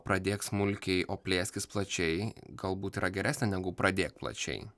pradėk smulkiai o plėskis plačiai galbūt yra geresnė negu pradėk plačiai